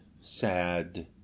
sad